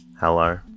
Hello